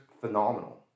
phenomenal